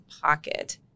pocket